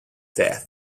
death